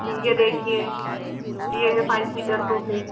जी ये देखिए ये है फाइव सीटर सोफ़े